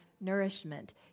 nourishment